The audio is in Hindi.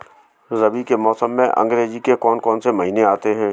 रबी के मौसम में अंग्रेज़ी के कौन कौनसे महीने आते हैं?